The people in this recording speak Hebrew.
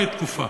רק לתקופה.